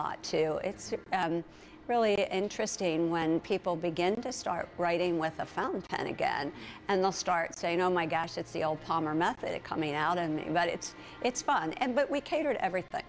lot too it's really interesting when people begin to start writing with a found and again and they'll start saying oh my gosh it's the old palmer method coming out and about it it's fun and what we cater to everything